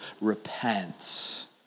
repent